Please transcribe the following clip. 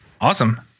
Awesome